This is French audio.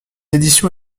édition